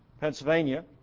Pennsylvania